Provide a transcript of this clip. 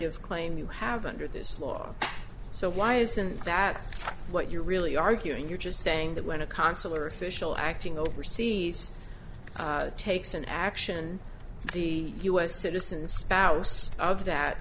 of claim you have under this law so why isn't that what you're really arguing you're just saying that when a consular official acting overseas takes an action the u s citizen spouse of that